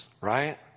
right